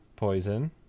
poison